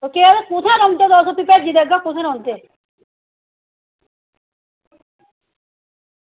ते कुत्थें रौहंदे तुस ते भेजी देगा कुत्थें रौहंदे तुस ते भेजी देगा